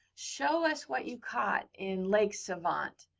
show us what you caught in lake savant.